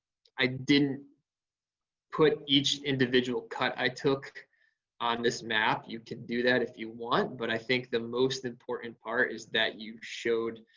i didn't put each individual cut i took on this map, you can do that if you want. but i think the most important part is that you showed